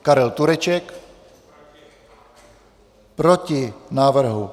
Karel Tureček: Proti návrhu.